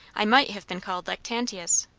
i might have been called lactantius.